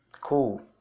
Cool